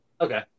Okay